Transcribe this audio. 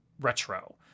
retro